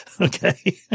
Okay